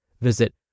Visit